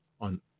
on